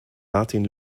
martin